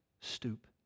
stoop